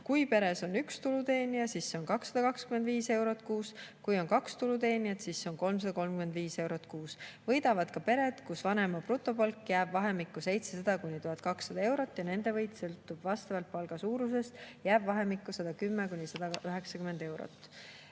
Kui peres on üks tuluteenija, siis see [võit] on 225 eurot kuus, kui on kaks tuluteenijat, siis see on 335 eurot kuus. Võidavad ka pered, kus vanema brutopalk jääb vahemikku 700–1200 eurot. Nende võit sõltuvalt palga suurusest jääb vahemikku 110–190 eurot. Kolmas